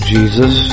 Jesus